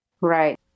Right